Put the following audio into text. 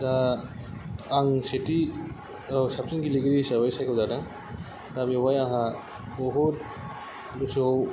दा आं सेथि साबसिन गेलेगिरि हिसाबै सायख' जादों दा बेवहाय आंहा बहुद गोसोआव